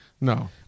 No